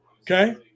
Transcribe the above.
Okay